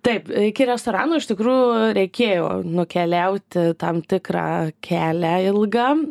taip iki restorano iš tikrųjų reikėjo nukeliauti tam tikrą kelią ilgą